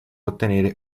ottenere